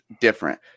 different